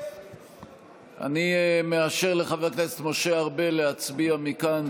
אני מאשר לחבר הכנסת משה ארבל להצביע מכאן,